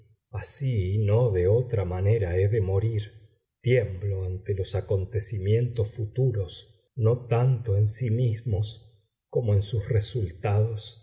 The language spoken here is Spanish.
así y no de otra manera he de morir tiemblo ante los acontecimientos futuros no tanto en sí mismos como en sus resultados